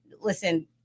listen